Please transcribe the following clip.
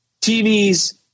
TVs